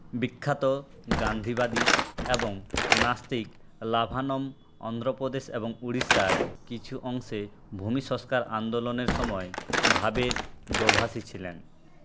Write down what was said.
বিখ্যাত গান্ধীবাদী এবং নাস্তিক লাভানম অন্ধ্রপ্রদেশ এবং উড়িষ্যার কিছু অংশে ভূমি সংস্কার আন্দোলনের সময় ভাভে এর দোভাষী ছিলেন